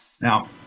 Now